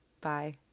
Bye